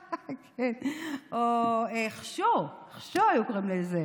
כן, חשו היו קוראים לזה.